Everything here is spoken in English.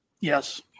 Yes